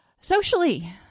Socially